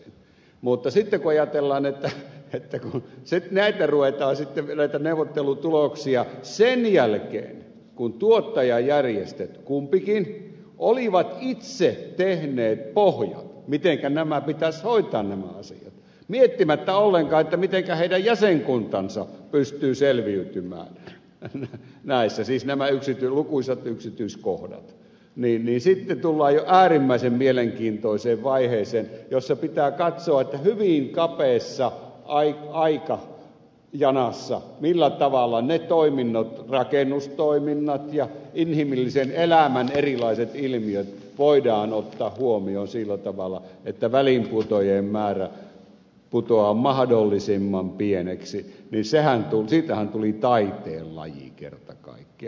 mutta sitten kun ajatellaan että näitä ruvetaan sitten näitä neuvottelutuloksia soveltamaan sen jälkeen kun tuottajajärjestöt kumpikin olivat itse tehneet pohjat mitenkä nämä pitäisi hoitaa nämä asiat miettimättä ollenkaan mitenkä heidän jäsenkuntansa pystyy selviytymään näistä siis näistä lukuisista yksityiskohdista niin sitten tullaan jo äärimmäisen mielenkiintoiseen vaiheeseen jossa pitää katsoa hyviin kaapeissa aina aikaa ja nassa millä tavalla hyvin kapeassa aikajanassa ne toiminnot rakennustoiminnat ja inhimillisen elämän erilaiset ilmiöt voidaan ottaa huomioon sillä tavalla että väliinputoajien määrä putoaa mahdollisimman pieneksi niin siitähän tuli taiteenlaji kerta kaikkiaan